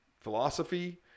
philosophy